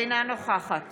אינה נוכחת